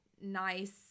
nice